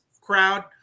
crowd